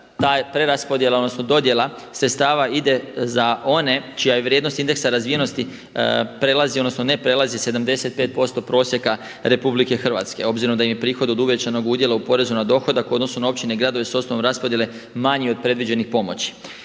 je preraspodjela odnosno dodjela sredstva ide za one čija je vrijednost indeksa razvijenosti prelazi odnosno ne prelazi 75% prosjeka RH, obzirom da im je prihod od uvećanog udjela u porezu na dohodak u odnosu na općine i gradove s osnove raspodjele manji od predviđenih pomoći.